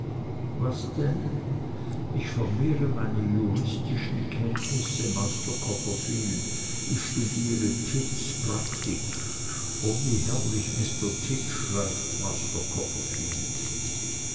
was denn ich vermehre meine juristischen kenntnisse master copperfield ich studiere tidds praktik o wie herrlich mr tidd schreibt